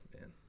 man